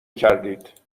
کردید